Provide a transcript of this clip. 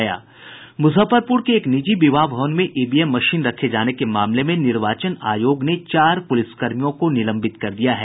मुजफ्फरपुर के एक निजी विवाह भवन में ईवीएम मशीन रखे जाने के मामले में निर्वाचन आयोग ने चार पुलिसकर्मियों को निलंबित कर दिया है